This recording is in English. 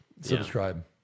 Subscribe